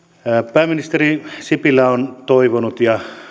pääministeri sipilä on toivonut ja lähtenyt